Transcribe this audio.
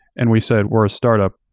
and we said we're a startup.